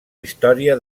història